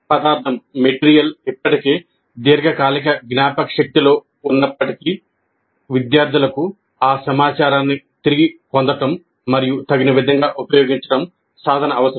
పదార్థం ఇప్పటికే దీర్ఘకాలిక జ్ఞాపకశక్తిలో ఉన్నప్పటికీ విద్యార్థులకు ఆ సమాచారాన్ని తిరిగి పొందడం మరియు తగిన విధంగా ఉపయోగించడం సాధన అవసరం